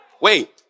Wait